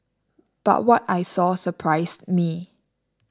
but what I saw surprised me